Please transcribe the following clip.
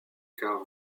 car